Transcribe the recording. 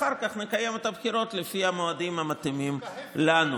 אחר כך נקיים את הבחירות לפי המועדים המתאימים לנו.